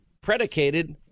predicated